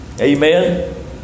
Amen